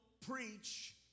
preach